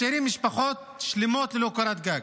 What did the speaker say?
משאירים משפחות שלמות ללא קורת גג.